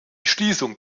schließung